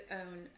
own